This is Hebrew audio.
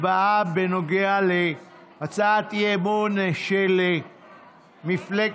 הצבעה בנוגע להצעת אי-אמון של מפלגת,